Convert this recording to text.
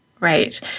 Right